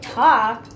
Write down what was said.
talk